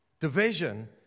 division